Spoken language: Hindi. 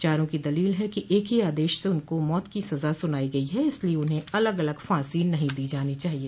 चारों की दलील है कि एक ही आदेश से उनको मौत की सजा सुनाई गई है इसलिए उन्हें अलग अलग फांसी नहीं दी जानी चाहिए